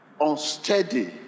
unsteady